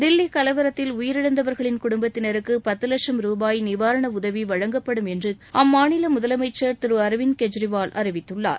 தில்லி கலவரத்தில் உயிரிழந்தவர்களின் குடும்பத்தினருக்கு பத்து லட்சம் ரூபாய் நிவாரண உதவி வழங்கப்படும் அம்மாநில முதலமைச்சர் திரு அரவிந்த் கெஜ்ரிவால் அறிவித்துள்ளார்